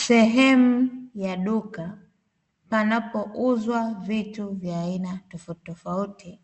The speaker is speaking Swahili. Sehemu ya duka, panapouzwa vitu vya aina tofautitofauti,